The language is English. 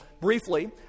briefly